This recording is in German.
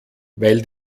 weil